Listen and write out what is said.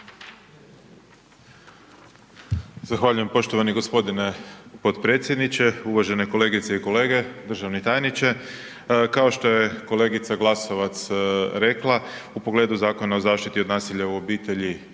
Zahvaljujem poštovani gospodine potpredsjedniče. Uvažene kolegice i kolege, državni tajniče. kao što je kolegica Glasovac rekla, u pogledu Zakona o zaštiti od nasilja u obitelji,